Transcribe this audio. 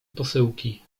posyłki